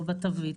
בתווית,